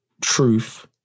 truth